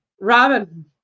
Robin